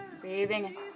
Breathing